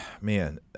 man